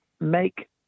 make